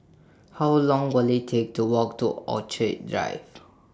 How Long Will IT Take to Walk to Orchid Drive